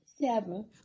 Seven